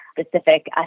specific